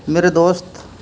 میرے دوست